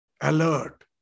alert